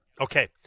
Okay